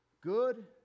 good